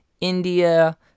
India